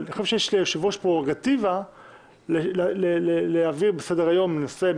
אבל אני חושב שיש ליושב-ראש פררוגטיבה להעביר בסדר-היום נושא,